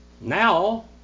Now